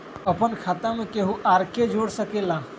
अपन खाता मे केहु आर के जोड़ सके ला?